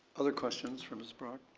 other questions for mrs. brock?